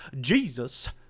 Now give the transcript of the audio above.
Jesus